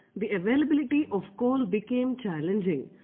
the availability of coal became challenging.